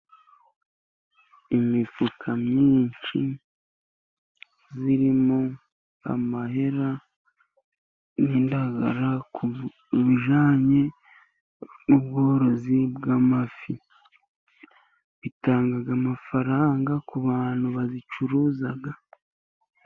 Imifuka myinshi irimo amahera n'indangara ku bijyananye n'ubworozi bw'amafi. Hitanga amafaranga ku bantu bazicuruza.